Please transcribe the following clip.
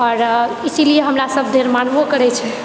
आओर इसलिए हमरा सब मानबो करैत छै